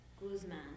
Guzman